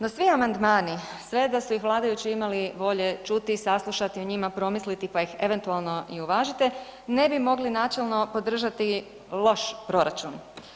No, svi amandmani, sve da su ih vladajući imali volje čuti i saslušati i o njima promisliti, pa ih eventualno i uvažite, ne bi mogli načelno podržati loš proračun.